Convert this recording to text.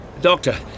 Doctor